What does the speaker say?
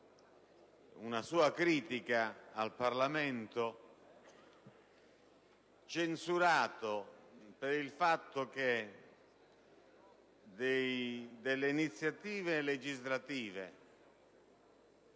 una critica al Parlamento, censurandolo per il fatto che le iniziative legislative